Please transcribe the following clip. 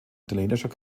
italienischer